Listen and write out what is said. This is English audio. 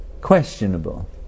questionable